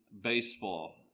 baseball